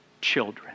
children